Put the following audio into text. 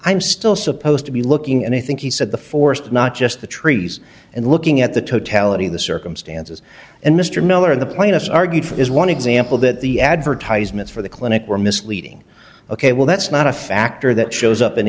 i'm still supposed to be looking and i think he said the forest not just the trees and looking at the totality of the circumstances and mr miller in the plainest argued for is one example that the advertisements for the clinic were misleading ok well that's not a factor that shows up in